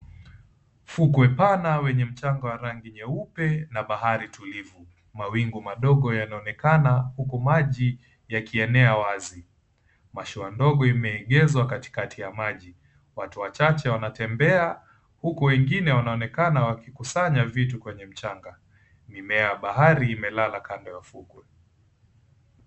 Fukwe pana wenye mchanga wa rangi nyeupe na bahari tulivu. Mawingu madogo yanaonekana huku maji yakienea wazi. Mashua ndogo imeegezwa katikati ya maji. Watu wachache wanatembea huku wengine wanaonekana wakikusanya vitu kwenye mchanga. Mimea ya bahari imelala kando ya ufukwe.